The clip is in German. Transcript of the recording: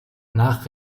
nach